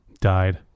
died